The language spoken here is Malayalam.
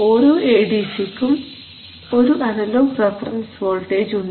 ഓരോ എ ഡി സി ക്കും ഒരു അനലോഗ് റഫറൻസ് വോൾട്ടേജ് ഉണ്ട്